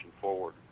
forward